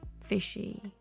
fishy